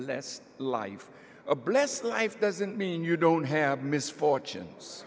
blessed life a blessed life doesn't mean you don't have misfortunes